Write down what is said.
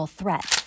threat